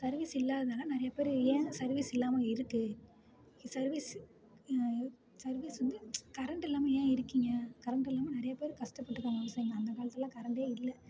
service இல்லாததுனால் நிறைய பேர் என் சர்விஸ் இல்லாமல் இருக்குது சர்விஸ் சர்விஸ் வந்து கரண்ட் இல்லாமல் ஏன் இருக்கிங்க கரண்ட் இல்லாமல் நிறைய பேர் கஷ்ட பட்டு இருக்காங்க ஸோ அந்த காலத்துலேலா கரண்டே இல்லை